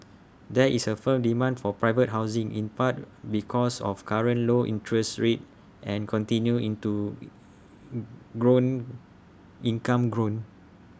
there is A firm demand for private housing in part because of current low interest rates and continued into in grown income grown